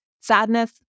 sadness